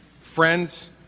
Friends